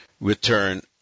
return